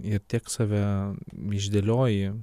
ir tiek save išdėlioji